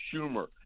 Schumer